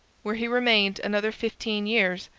where he remained another fifteen years.